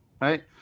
Right